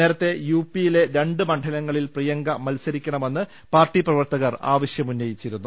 നേരത്തെ യുപിയിലെ രണ്ട് മണ്ഡലങ്ങളിൽ പ്രിയങ്ക മത്സരിക്കണമെന്ന് പാർട്ടി പ്രവർത്തകർ ആവശ്യമുന്നയിച്ചിരുന്നു